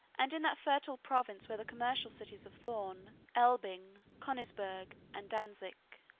and in that fertile province where the commercial cities of thorn, elbing, koningsberg, and dantzick,